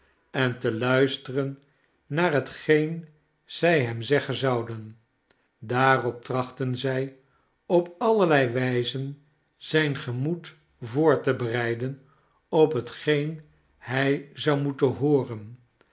en te luisteren naar hetgeen zij hem zeggen zouden daarop trachtten zij op allerlei wijzen zijn gemoed voor te bereiden op hetgeen hij zou moeten hooren